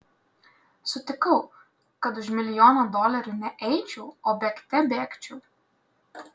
sutikau kad už milijoną dolerių ne eičiau o bėgte bėgčiau